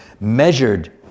measured